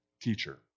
teacher